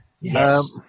Yes